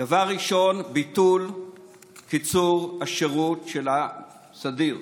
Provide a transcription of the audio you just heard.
דבר ראשון, ביטול קיצור השירות של הסדיר.